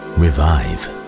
revive